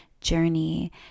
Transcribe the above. journey